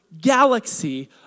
galaxy